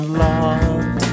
love